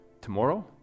Tomorrow